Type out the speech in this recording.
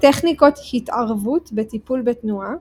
טכניקות התערבות בטיפול בתנועה